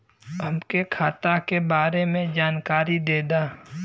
हमके खाता के बारे में जानकारी देदा?